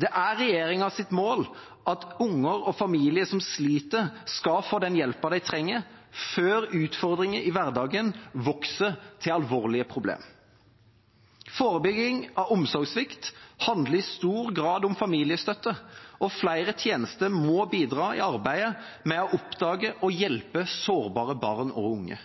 Det er regjeringas mål at unger og familier som sliter, skal få den hjelpen de trenger, før utfordringer i hverdagen vokser til alvorlige problemer. Forebygging av omsorgssvikt handler i stor grad om familiestøtte, og flere tjenester må bidra i arbeidet med å oppdage og hjelpe sårbare barn og unge.